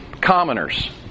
commoners